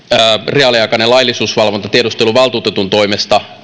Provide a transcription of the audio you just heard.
reaaliaikainen laillisuusvalvonta tiedusteluvaltuutetun toimesta